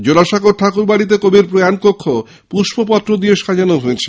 জোড়াসাঁকোর ঠাকুর বাড়িতে কবির প্রয়াণ কক্ষ পুষ্পপত্র দিয়ে সাজানো হয়েছে